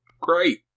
Great